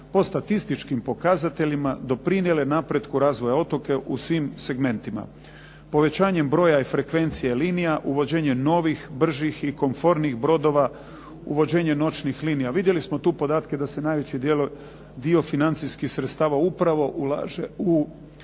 po statističkim pokazateljima doprinijele napretku razvoja otoka u svim segmentima. Povećanjem broja i frekvencije linija, uvođenje novih, bržih i komfornijih brodova, uvođenje noćnih linija. Vidjeli smo tu podatke da se najvećim dio financijskih sredstava upravo ulaže u